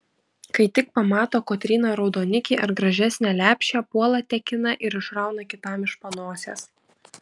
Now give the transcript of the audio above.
kai tik pamato kotryna raudonikį ar gražesnę lepšę puola tekina ir išrauna kitam iš panosės